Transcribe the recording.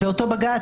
אותו בג"ץ,